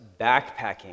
backpacking